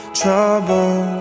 trouble